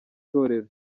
torero